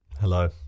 Hello